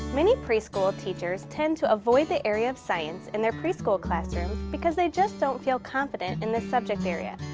many pre-school teachers tend to avoid the area of science in their pre-school classrooms because they just don't feel confident in the subject area.